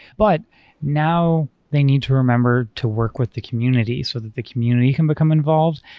but now they need to remember to work with the community so that the community can become involved,